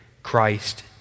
Christ